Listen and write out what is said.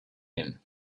him